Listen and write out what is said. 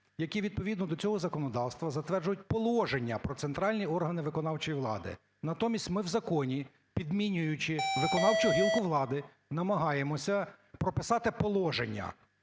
які відповідно до цього законодавства затверджують положення про центральні органи виконавчої влади. Натомість ми в законі, підмінюючи виконавчу гілку влади, намагаємося прописати положення.